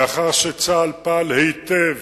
לאחר שצה"ל פעל היטב